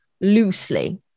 loosely